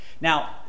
Now